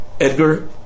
Edgar